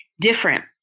different